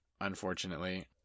unfortunately